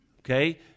okay